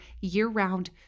year-round